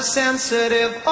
sensitive